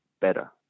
better